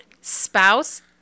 spouse